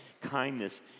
kindness